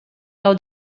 del